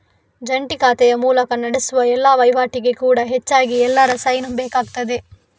ಜಂಟಿ ಖಾತೆಯ ಮೂಲಕ ನಡೆಸುವ ಎಲ್ಲಾ ವೈವಾಟಿಗೆ ಕೂಡಾ ಹೆಚ್ಚಾಗಿ ಎಲ್ಲರ ಸೈನು ಬೇಕಾಗ್ತದೆ